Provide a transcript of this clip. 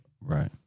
Right